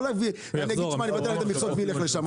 לא לבטל את המכסות וללכת לשם,